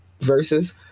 versus